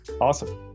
Awesome